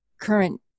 current